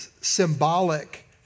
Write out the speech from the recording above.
symbolic